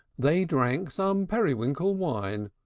they drank some periwinkle-wine,